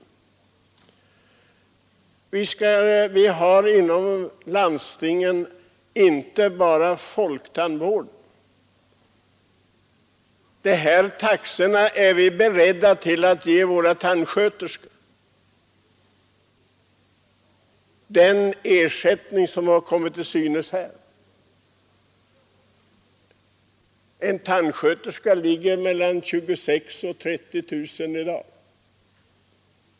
Vi har inom landstingen inte bara tandläkarna och tandvården att tänka på. Den procentuella höjning av ersättningen som taxeförslaget innebär måste vi också vara beredda att ge t.ex. våra tandsköterskor. En tandsköterska har i dag mellan 26 000 och 30 000 i årsinkomst.